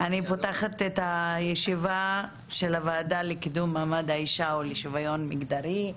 אני פותחת את הישיבה של הוועדה לקידום מעמד האישה ולשוויון מגדרי.